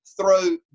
throw